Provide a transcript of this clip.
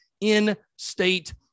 in-state